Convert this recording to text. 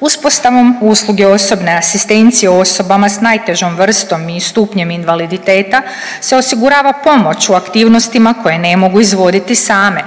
Uspostavom usluge osobne asistencije osobama s najtežom vrstom i stupnjem invaliditeta se osigurava pomoć u aktivnostima koje ne mogu izvoditi same,